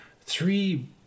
three